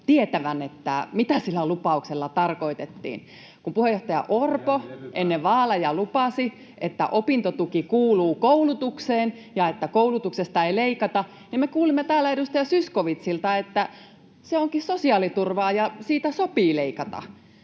Jäänyt levy päälle!] Kun puheenjohtaja Orpo ennen vaaleja lupasi, että opintotuki kuuluu koulutukseen ja että koulutuksesta ei leikata, niin me kuulimme täällä edustaja Zyskowiczilta, että se onkin sosiaaliturvaa ja siitä sopii leikata.